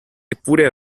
eppure